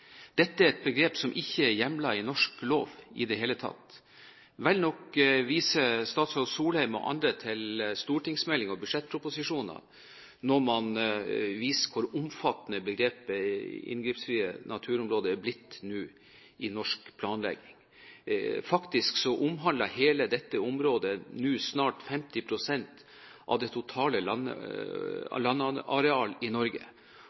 Dette er et begrep som ikke er hjemlet i norsk lov i det hele tatt. Vel nok viser statsråd Solheim og andre til stortingsmelding og budsjettproposisjoner når man snakker om hvor omfattende begrepet inngrepsfrie naturområder har blitt nå i norsk planlegging. Faktisk omhandler hele dette området nå snart 50 pst. av det totale landareal i Norge.